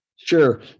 Sure